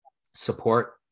support